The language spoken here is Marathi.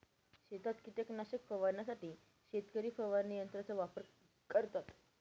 शेतात कीटकनाशक फवारण्यासाठी शेतकरी फवारणी यंत्राचा वापर करतात